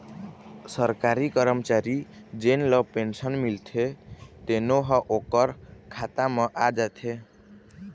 सरकारी करमचारी जेन ल पेंसन मिलथे तेनो ह ओखर खाता म आ जाथे